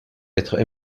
être